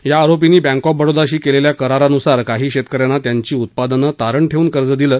या आरोपींनी bank of बडोदाशी केलेल्या करारानुसार काही शेतकऱ्यांना त्यांची उत्पादनं तारण ठेवून कर्ज दिलं